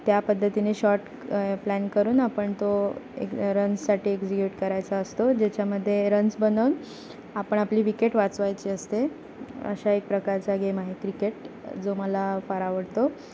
त्या पद्धतीने short plan करून आपण तो एक रन्ससाठी एक्झिग्युट करायचा असतो ज्याच्यामध्ये रन्स बनवून आपण आपली विकेट वाचवायची असते अशा एक प्रकारचा गेम आहे क्रिकेट जो मला फार आवडतो